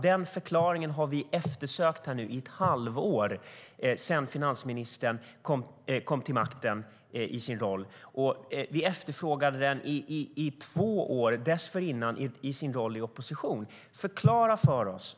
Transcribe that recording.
Den förklaringen har vi eftersökt i ett halvår sedan finansministern kom till makten. Vi efterfrågade den i två år dessförinnan i hennes oppositionsroll.